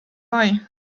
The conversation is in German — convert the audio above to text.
bei